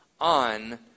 on